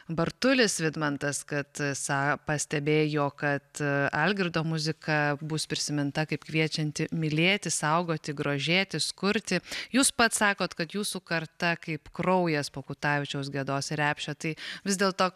bartulis vidmantas kad sa pastebėjo kad algirdo muzika bus prisiminta kaip kviečianti mylėti saugoti grožėtis kurti jūs pats sakot kad jūsų karta kaip kraujas po kutavičiaus gedos repšio tai vis dėlto